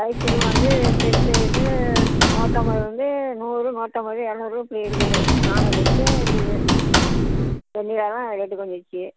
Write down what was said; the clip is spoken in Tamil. ஐஸ் க்ரீமு வந்து பெருசு இது நூற்றம்பது வந்து நூறு நூற்றம்பது இரநூறு இப்படி இருக்குது நானூறு வரைக்கும் இருக்குது இன்னைக்கு அதான் ரேட்டு குறஞ்சிருச்சி